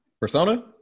Persona